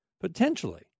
potentially